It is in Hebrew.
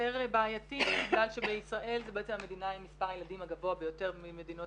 בעייתי בגלל שבישראל זו המדינה עם מספר הילדים הגבוה ביותר ממדינות